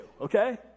okay